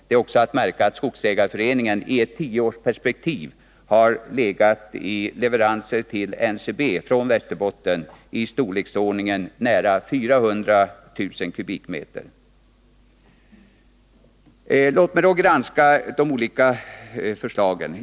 Det är också att märka att skogsägarföreningen i ett tioårsperspektiv till NCB har gjort leveranser i storleksordningen nära 400 000 m? från Västerbotten. Låt mig så granska de olika förslagen.